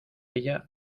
ella